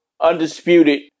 undisputed